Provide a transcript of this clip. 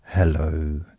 hello